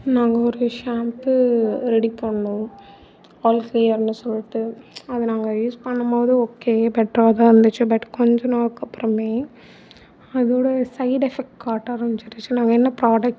நாங்கள் ஒரு shampoo ready பண்ணோம் ஆல் க்ளீயர்னு சொல்லிட்டு அது நாங்கள் யூஸ் பண்ணபோது ஓகே பட் இருந்துச்சு கொஞ்ச நாளுக்கு அப்புறமே அதோட சைட் எஃபெக்ட் காட்ட ஆரம்பிச்சிடுச்சு நாங்கள் என்ன ப்ராடக்ட்